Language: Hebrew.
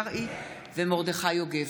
הכנסת אורלי לוי אבקסיס,